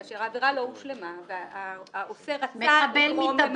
כאשר העבירה לא הושלמה והעושה רצה לגרום למוות.